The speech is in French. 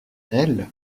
elle